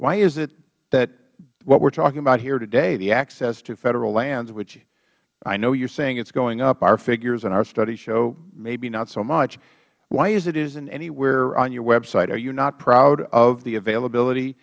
why is it that what we are talking about here today the access to federal lands which i know you are saying it is going uph our figures and our studies show maybe not so muchh why isn't it anywhere on your web site are you not proud of the availability